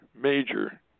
major